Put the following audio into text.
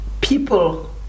people